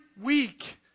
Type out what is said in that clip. week